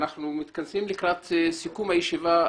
אנחנו מתכנסים לקראת סיכום הישיבה.